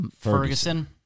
Ferguson